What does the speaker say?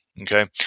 Okay